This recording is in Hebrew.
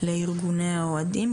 לארגוני האוהדים,